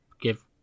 give